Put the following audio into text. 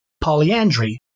polyandry